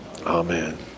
Amen